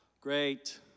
Great